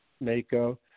Mako